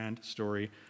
story